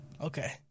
Okay